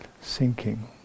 sinking